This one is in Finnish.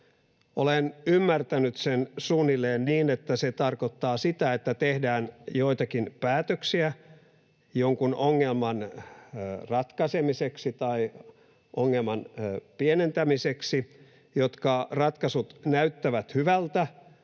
Olen ymmärtänyt sen suunnilleen niin, että se tarkoittaa sitä, että tehdään joitakin päätöksiä jonkun ongelman ratkaisemiseksi tai ongelman pienentämiseksi ja nämä ratkaisut näyttävät hyvältä